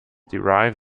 derive